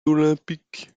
olympique